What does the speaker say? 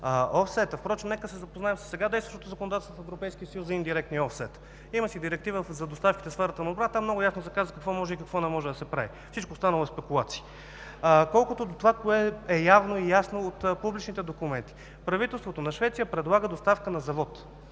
офсета. Нека се запознаем със сега действащото законодателство в Европейския съюз за индиректния офсет. Има Директива за доставките в сферата на отбраната. Там много ясно се казва какво може и какво не може да не прави. Всичко останало са спекулации. Колкото до това кое е явно и ясно от публичните документи – правителството на Швеция предлага доставка на завод